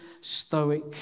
Stoic